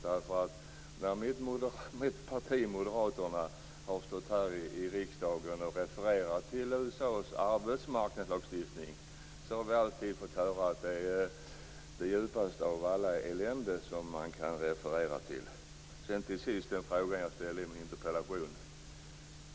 När mitt parti, Moderaterna, har stått här i riksdagen och refererat till USA:s arbetsmarknadslagstiftning har vi alltid fått höra att det är det djupaste av alla eländen som man kan referera till. Till sist vill jag ta upp den fråga som jag ställde i min interpellation.